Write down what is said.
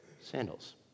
sandals